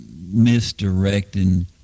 misdirecting